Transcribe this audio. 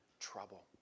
trouble